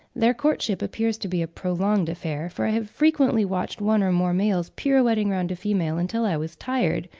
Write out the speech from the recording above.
their courtship appears to be a prolonged affair, for i have frequently watched one or more males pirouetting round a female until i was tired,